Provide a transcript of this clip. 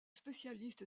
spécialiste